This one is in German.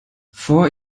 vor